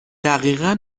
دقیقا